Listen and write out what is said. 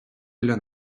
для